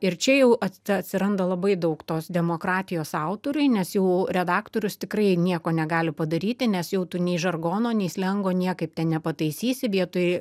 ir čia jau ats atsiranda labai daug tos demokratijos autoriui nes jau redaktorius tikrai nieko negali padaryti nes jau tu nei žargono nei slengo niekaip ten nepataisysi vietoj